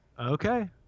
Okay